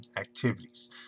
activities